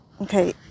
Okay